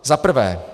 Za prvé.